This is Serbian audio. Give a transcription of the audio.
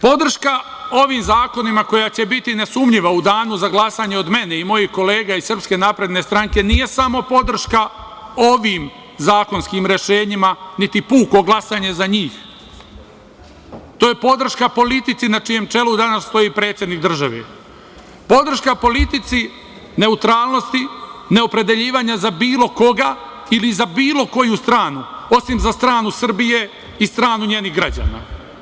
Podrška ovim zakonima koja će biti nesumnjiva u danu za glasanje od mene i mojih kolega iz Srpske napredne stranke nije samo podrška ovim zakonskim rešenjima, niti puko glasanje za njih, to je podrška politici na čijem čelu danas stoji predsednik države, podrška politici neutralnosti, neopredeljivanja za bilo koga ili za bilo koju stranu, osim za stranu Srbije i stranu njenih građana.